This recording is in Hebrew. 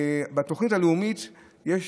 בתוכנית הלאומית יש,